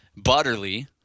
Butterly